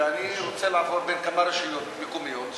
ואני רוצה לעבור בין כמה רשויות מקומיות.